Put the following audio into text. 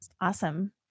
awesome